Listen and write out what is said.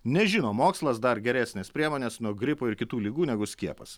nežino mokslas dar geresnės priemonės nuo gripo ir kitų ligų negu skiepas